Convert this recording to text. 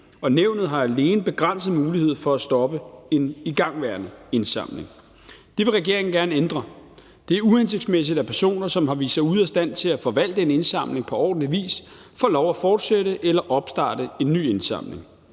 nævnet har alene begrænset mulighed for at stoppe en igangværende indsamling. Det vil regeringen gerne ændre, for det er uhensigtsmæssigt, at personer, som har vist sig ude af stand til at forvalte en indsamling på ordentlig vis, får lov at fortsætte eller opstarte en ny indsamling.